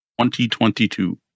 2022